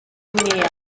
guinea